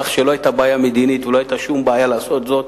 כך שלא היתה בעיה מדינית ולא היתה שום בעיה לעשות זאת.